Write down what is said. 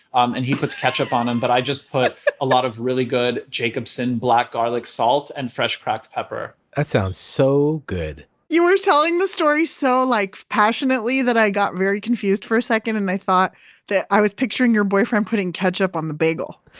um and he puts ketchup on them, but i just put a lot of really good jacobsen black garlic salt and fresh cracked pepper that sounds so good you were telling the story so like passionately that i got very confused for a second and i thought that i was picturing your boyfriend putting ketchup on the bagel.